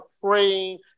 praying